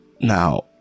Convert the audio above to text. Now